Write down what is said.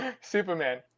Superman